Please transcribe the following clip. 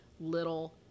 little